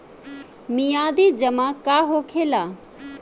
मियादी जमा का होखेला?